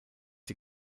die